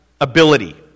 ability